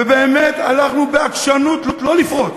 ובאמת הלכנו בעקשנות: לא לפרוץ.